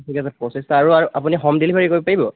আৰু আপুনি home delivery কৰিব পাৰিব